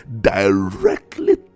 directly